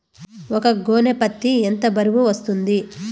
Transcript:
ఒక గోనె పత్తి ఎంత బరువు వస్తుంది?